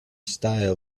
style